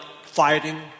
fighting